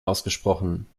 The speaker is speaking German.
ausgesprochen